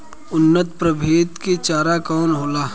उन्नत प्रभेद के चारा कौन होला?